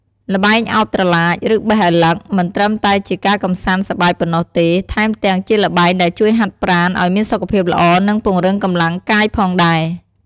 ល្បែងឱបត្រឡាច ឬបេះឳឡឹក មិនត្រឹមតែជាការកម្សាន្តសប្បាយប៉ុណ្ណោះទេ ថែមទាំងជាល្បែងដែលជួយហាត់ប្រាណឲ្យមានសុខភាពល្អ និងពង្រឹងកម្លាំងកាយផងដែរ។